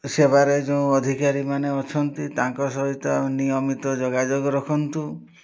ସେବାରେ ଯେଉଁ ଅଧିକାରୀମାନେ ଅଛନ୍ତି ତାଙ୍କ ସହିତ ନିୟମିତ ଯୋଗାଯୋଗ ରଖନ୍ତୁ